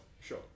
sure